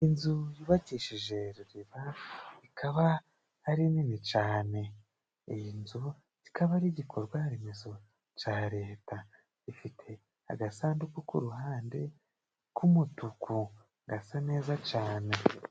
Inzu yubakishije ruriba ikaba ari nini cane. Iyi nzu ikaba ari igikorwa remezo ca leta, ifite agasanduku k'uruhande rw'umutuku gasa neza cane.